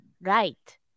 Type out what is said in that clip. Right